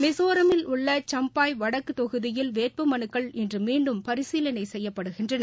மிசோராமில் உள்ள சும்பாய் வடக்குத் தொகுதியில் வேட்புமனுக்கள் இன்று மீண்டும் பரிசீலளை செய்யப்படுகின்றன